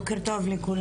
בוקר טוב לכולם.